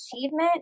achievement